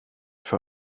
für